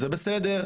זה בסדר,